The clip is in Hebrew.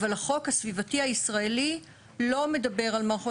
אבל החוק הסביבתי הישראלי לא מדבר על מערכות